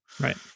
Right